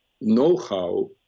know-how